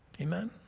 amen